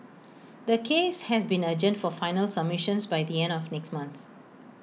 the case has been adjourned for final submissions by the end of next month